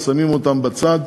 שמים אותם בצד,